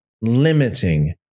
limiting